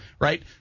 right